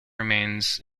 remains